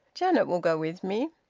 janet will go with me.